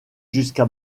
jusqu’à